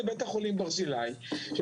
אני בעד.